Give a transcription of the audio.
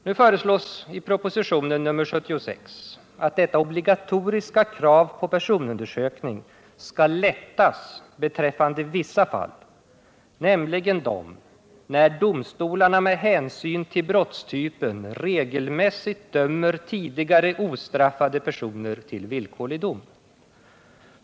Nu föreslås i propostion nr 76 att detta obligatoriska krav på personundersökning skall lättas beträffande vissa fall, nämligen de där domstolarna med hänsyn till brottstypen regelmässigt dömer tidigare ostraffade personer till villkorlig dom.